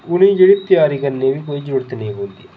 उ'नें गी जेह्ड़ी कोई त्यारी करने दी बी जरूरत निं पौंदी